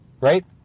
right